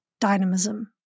dynamism